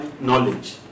knowledge